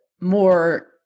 more